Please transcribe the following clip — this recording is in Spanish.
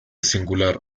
singular